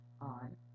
on